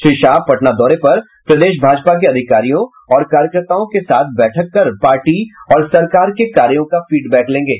श्री शाह पटना दौरे पर प्रदेश भाजपा के अधिकारियों और कार्यकर्ताओं के साथ बैठक कर पार्टी और सरकार के कार्यो का फीडबैक लेंगे